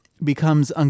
Becomes